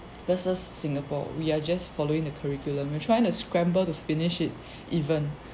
versus singapore we are just following the curriculum we're trying to scramble to finish it even